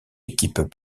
équipes